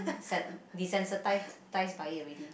sen~ desensitize ~tized by it already